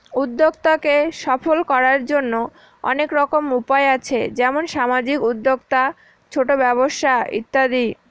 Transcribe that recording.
উদ্যক্তাকে সফল করার জন্য অনেক রকম উপায় আছে যেমন সামাজিক উদ্যোক্তা, ছোট ব্যবসা ইত্যাদি